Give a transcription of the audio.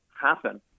happen